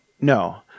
No